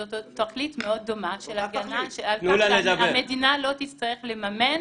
זאת תכלית מאוד דומה, שהמדינה לא תצטרך לממן